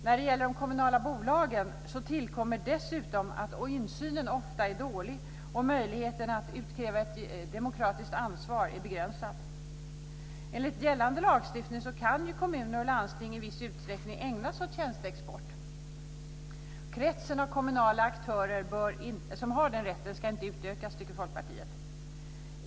När det gäller de kommunala bolagen tillkommer dessutom att insynen ofta är dålig och möjligheten att utkräva ett demokratiskt ansvar är begränsad. Enligt gällande lagstiftning kan kommuner och landsting i viss utsträckning ägna sig åt tjänsteexport. Kretsen av kommunala aktörer som har den rätten ska inte utökas, tycker Folkpartiet.